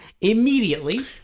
Immediately